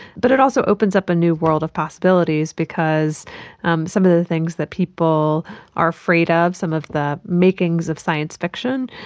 but it also opens up a new world of possibilities because um some of the things that people are afraid ah of, some of the makings of science fiction,